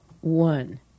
one